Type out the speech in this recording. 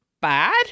bad